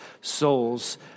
souls